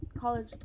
college